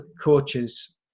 coaches